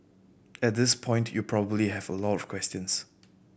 at this point you probably have a lot of questions